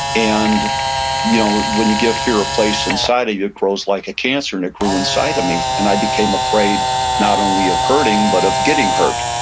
and you know when you give fear a place inside of you, it grows like a cancer and it grew inside of me. and i became afraid not only of hurting but of getting hurt.